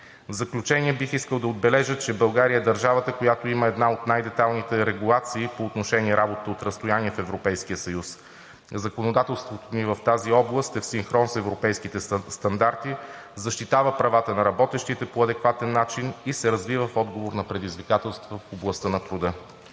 В заключение бих искал да отбележа, че България е държавата, която има една от най-детайлните регулации по отношение на работа от разстояние в Европейския съюз. Законодателството ни в тази област е в синхрон с европейските стандарти, защитава правата на работещите по адекватен начин и се развива в отговор на предизвикателствата в областта на труда.